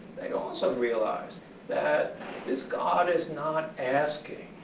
they also realized that this god is not asking,